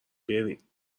برین